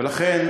ולכן,